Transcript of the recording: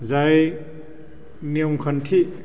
जाय नियम खान्थि